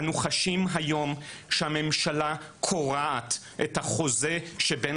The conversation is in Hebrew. אנו חשים היום שהממשלה קורעת את החוזה שבין